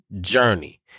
journey